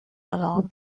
along